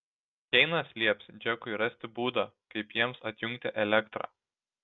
keinas lieps džekui rasti būdą kaip jiems atjungti elektrą